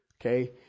Okay